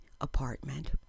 apartment